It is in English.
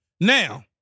Now